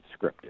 scripted